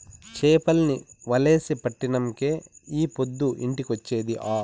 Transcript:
చేపల్ని వలేసి పట్టినంకే ఈ పొద్దు ఇంటికొచ్చేది ఆ